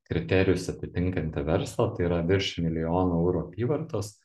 kriterijus atitinkantį verslą tai yra virš milijono eurų apyvartos